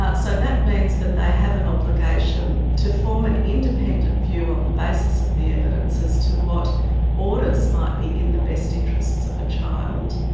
ah so that means that they have an obligation to form an independent view on the basis of the evidence as to what orders might be in the best interests of a child,